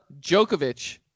Djokovic